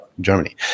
Germany